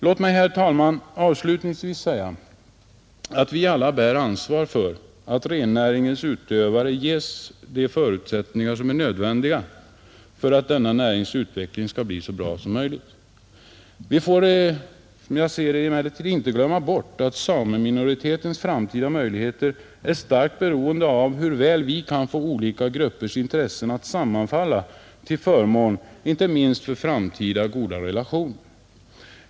Låt mig, herr talman, avslutningsvis säga att vi alla bär ansvaret för att rennäringens utövare ges de förutsättningar som är nödvändiga för att denna närings utveckling skall bli så bra som möjligt. Vi får emellertid inte glömma bort att sameminoritetens framtid är starkt beroende av hur väl vi kan få olika gruppers intressen att sammanfalla, till förmån inte minst för framtida goda relationer.